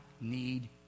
need